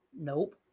Nope